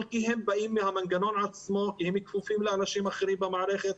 כי הם באים מהמנגנון עצמו וכפופים לאנשים אחרים במערכת.